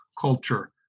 culture